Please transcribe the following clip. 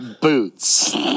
boots